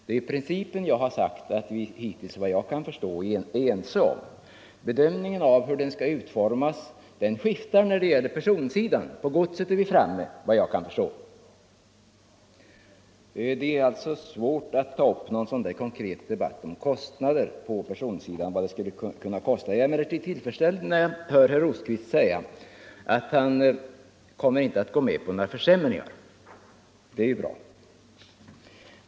Det är principen som jag har sagt att vi, såvitt jag kan förstå, är ense om. Bedömningen av hur den skall utformas skiftar när det gäller persontrafiken. I fråga om godset är vi överens, vad jag kan förstå. Det är alltså svårt att ta upp en konkret debatt om kostnaderna för persontrafiken. Jag är emellertid tillfredsställd när jag hör herr Rosqvist säga att han inte kommer att gå med på några försämringar.